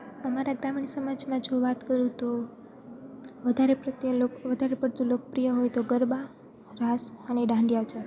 અમારા ગ્રામીણ સમાજમાં જો વાત કરું તો વધારે વધારે પડતું લોકપ્રિય હોય તો ગરબા રાસ અને દાંડિયા છે